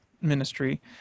ministry